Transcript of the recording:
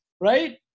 Right